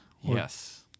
Yes